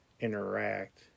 interact